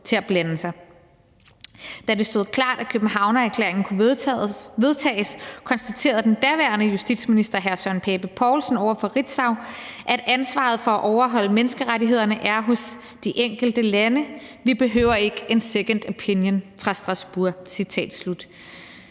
med at blande sig. Da det stod klart, at Københavnerklæringen kunne vedtages, konstaterede den daværende justitsminister, hr. Søren Pape Poulsen, over for Ritzau: »Ansvaret for at overholde menneskerettighederne er hos de enkelte lande. Vi behøver ikke en second opinion fra Strasbourg.«